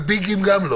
ו"ביג" גם לא?